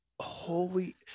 holy